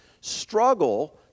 struggle